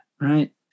right